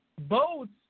boats